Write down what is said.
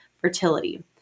fertility